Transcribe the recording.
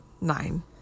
nine